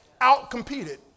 outcompeted